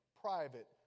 private